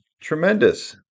tremendous